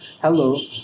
hello